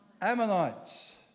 Ammonites